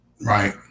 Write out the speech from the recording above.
Right